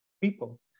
people